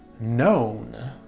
known